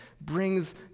brings